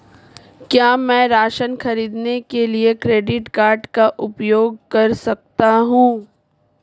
क्या मैं राशन खरीदने के लिए क्रेडिट कार्ड का उपयोग कर सकता हूँ?